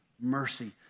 mercy